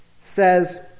says